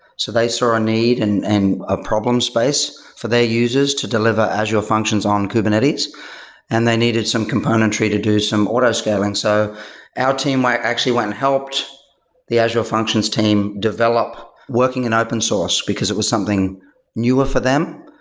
so they saw a need and and a problem space for their users to deliver azure functions on kubernetes and they needed some componentry to do some autoscaling. so our team actually went and helped the azure functions team develop working an open source, because it was something newer for them,